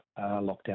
Lockdown